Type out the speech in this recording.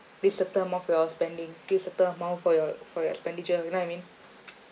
this certain amount of your spending this certain amount for your for your expenditure you know what I mean